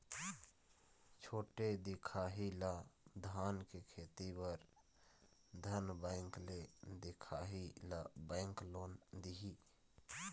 छोटे दिखाही ला धान के खेती बर धन बैंक ले दिखाही ला बैंक लोन दिही?